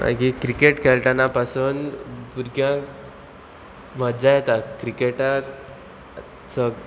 मागीर क्रिकेट खेळटना पासून भुरग्यांक मज्जा येता क्रिकेटाक सग